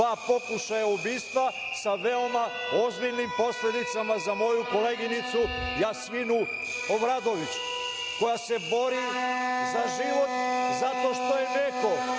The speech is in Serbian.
dva pokušaja ubistva sa veoma ozbiljnim posledicama za moju koleginicu Jasminu Obradović koja se bori za život zato što je neko